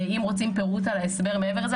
אם רוצים פירוט מעבר לזה,